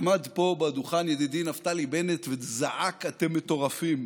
עמד פה על דוכן ידידי נפלתי בנט וזעק: אתם מטורפים.